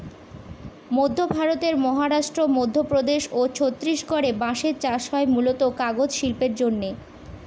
মধ্য ভারতের মহারাষ্ট্র, মধ্যপ্রদেশ ও ছত্তিশগড়ে বাঁশের চাষ হয় মূলতঃ কাগজ শিল্পের জন্যে